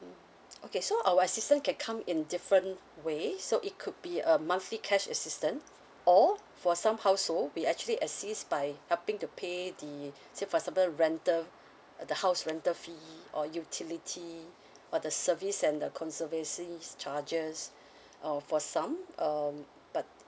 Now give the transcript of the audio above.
okay so our assistance can come in different ways so it could be a monthly cash assistant or for some household we actually assist by helping to pay the say for example rental the house rental fee or utility but the service and the conservancy charges or for some um but